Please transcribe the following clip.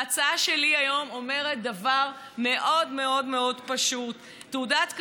וההצעה שלי היום אומרת דבר מאוד מאוד מאוד פשוט: תעודת כשרות,